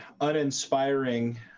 uninspiring